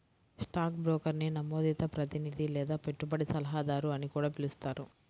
stock బ్రోకర్ని నమోదిత ప్రతినిధి లేదా పెట్టుబడి సలహాదారు అని కూడా పిలుస్తారు